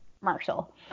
Marshall